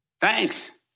Thanks